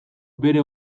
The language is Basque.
bere